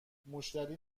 مشتری